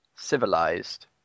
Civilized